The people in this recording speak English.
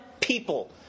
people